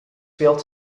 failed